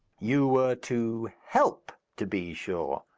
you were to help, to be sure.